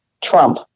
Trump